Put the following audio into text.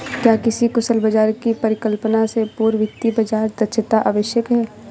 क्या किसी कुशल बाजार की परिकल्पना से पूर्व वित्तीय बाजार दक्षता आवश्यक है?